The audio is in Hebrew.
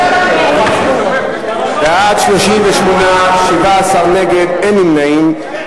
בעד, 38, 17 נגד, אין נמנעים.